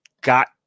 got